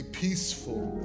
peaceful